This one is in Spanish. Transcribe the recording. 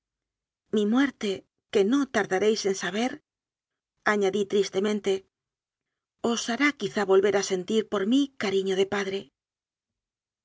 mi muerte que no tardaréis en saberañadí tristemente os hará quizá volver a sentir por mí cariño de padre